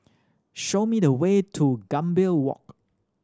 show me the way to Gambir Walk